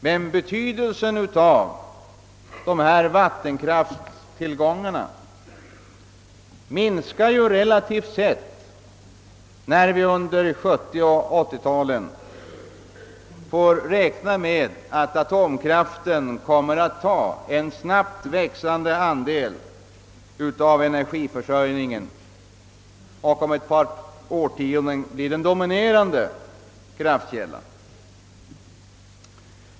Men betydelsen av dessa vattenkrafttillgångar minskar relativt sett, då vi får räkna med att atomkraften under 1970 och 1980-talen kommer att ta en snabbt växande andel av energiförsörjningen och om ett par årtionden blir den dominerande kraftkällan.